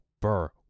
Burr